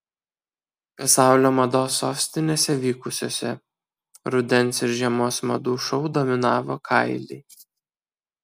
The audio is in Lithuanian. pasaulio mados sostinėse vykusiuose rudens ir žiemos madų šou dominavo kailiai